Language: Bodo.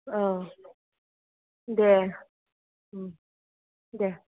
औ दे दे